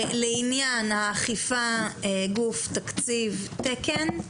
לעניין האכיפה, גוף, תקציב, תקן,